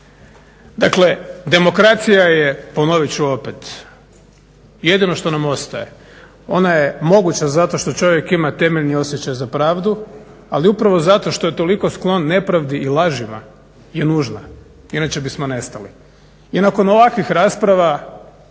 Dakle, demokracija je, ponovit ću opet jedino što nam ostaje. Ona je moguća zato što čovjek ima temeljeni osjećaj za pravdu ali upravo zato što je toliko sklon nepravdi i lažima je nužna, inače bismo nestali. I nakon ovakvih rasprava